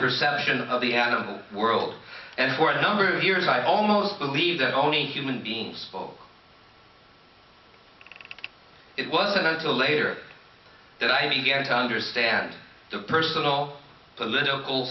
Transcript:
perception of the animal world and for a number of years i almost believed that only human beings though it wasn't until later that i began to understand the personal political